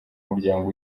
muryango